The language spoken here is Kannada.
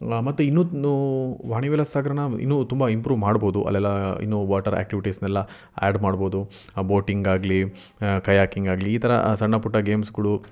ಮತ್ತು ಇನ್ನೊಂದು ವಾಣಿ ವಿಲಾಸ ಸಾಗರಾನ ಇನ್ನೂ ತುಂಬ ಇಂಪ್ರೂವ್ ಮಾಡ್ಬೋದು ಅಲ್ಲೆಲ್ಲ ಇನ್ನೂ ವಾಟರ್ ಆಕ್ಟಿವಿಟಿಸ್ನೆಲ್ಲ ಆ್ಯಡ್ ಮಾಡ್ಬೋದು ಬೋಟಿಂಗಾಗ್ಲಿ ಕಯಾಕಿಂಗಾಗ್ಲಿ ಈ ಥರ ಸಣ್ಣಪುಟ್ಟ ಗೇಮ್ಸ್ಗಳು